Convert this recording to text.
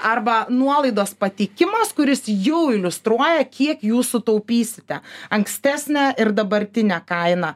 arba nuolaidos pateikimas kuris jau iliustruoja kiek jūs sutaupysite ankstesnę ir dabartinę kainą